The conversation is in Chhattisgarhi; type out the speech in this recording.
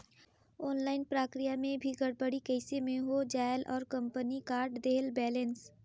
ऑनलाइन प्रक्रिया मे भी गड़बड़ी कइसे मे हो जायेल और कंपनी काट देहेल बैलेंस?